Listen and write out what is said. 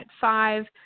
five